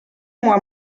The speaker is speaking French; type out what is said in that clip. moi